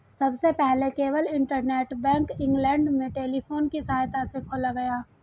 सबसे पहले केवल इंटरनेट बैंक इंग्लैंड में टेलीफोन की सहायता से खोला गया